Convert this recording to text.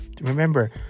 Remember